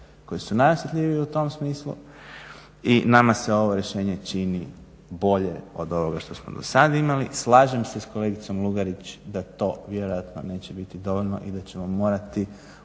koji su najosjetljiviji u tom smislu i nama se ovo rješenje čini bolje od ovoga što smo do sada imali. Slažem se s kolegicom Lugarić da to vjerojatno neće biti dovoljno i da ćemo morati ubuduće